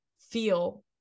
feel